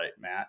Matt